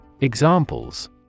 Examples